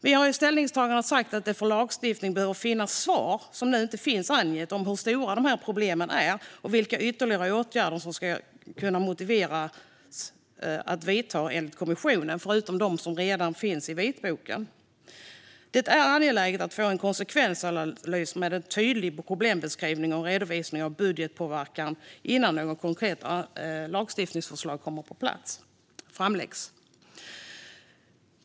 Vi har i ställningstagandet sagt att det för lagstiftning behöver finnas svar, vilket nu inte finns angivet, på hur stora dessa problem är och vilka ytterligare åtgärder, förutom de som redan finns i vitboken, som enligt kommissionen skulle vara motiverade att vidta. Det är angeläget att få en konsekvensanalys med en tydlig problembeskrivning och en redovisning av budgetpåverkan innan något konkret lagstiftningsförslag framläggs.